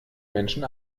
menschen